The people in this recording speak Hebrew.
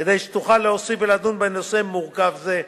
כדי שתוכל להוסיף ולדון בנושא מורכב זה.